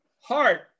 heart